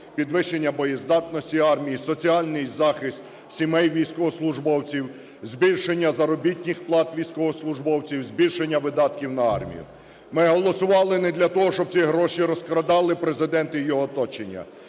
підвищення боєздатності армії, соціальний захист сімей військовослужбовців, збільшення заробітних плат військовослужбовців і збільшення видатків на армію. Ми голосували не для того, щоб ці гроші розкрадали Президент і його оточення.